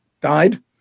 died